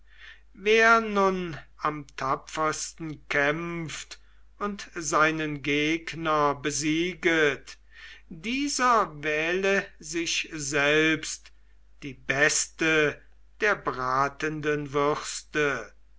wer nun am tapfersten kämpft und seinen gegner besieget dieser wähle sich selbst die beste der bratenden würste